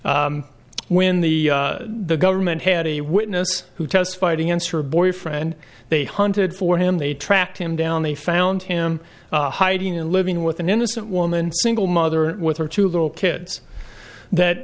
when the the government had a witness who testified against her boyfriend they hunted for him they tracked him down they found him hiding and living with an innocent woman single mother with her two little kids that